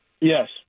Yes